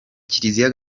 kiliziya